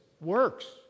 works